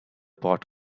pot